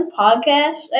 podcast